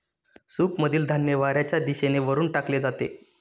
सूपमधील धान्य वाऱ्याच्या दिशेने वरून टाकले जाते